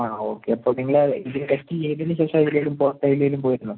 ആ ഓക്കെ അപ്പം നിങ്ങൾ ഇത് ടെസ്റ്റ് ചെയ്തതിനു ശേഷം എവിടെയെങ്കിലും പുറത്ത് എവിടെയെങ്കിലും പോയിരുന്നോ